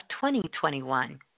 2021